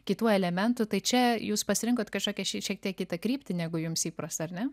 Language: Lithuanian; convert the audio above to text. kitų elementų tai čia jūs pasirinkot kažkokią ši šiek tiek kitą kryptį negu jums įprasta ar ne